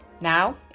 now